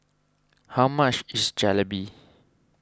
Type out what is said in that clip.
how much is Jalebi